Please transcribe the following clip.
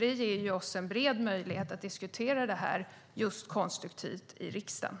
Det ger oss en bred möjlighet att diskutera detta konstruktivt i riksdagen.